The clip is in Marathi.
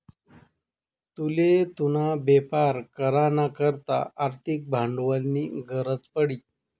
तुले तुना बेपार करा ना करता आर्थिक भांडवलनी गरज पडी